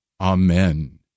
Amen